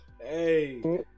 Hey